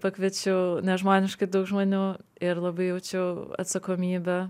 pakviečiau nežmoniškai daug žmonių ir labai jaučiau atsakomybę